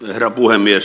herra puhemies